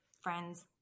friends